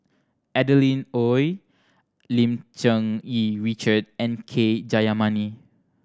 Adeline Ooi Lim Cherng Yih Richard and K Jayamani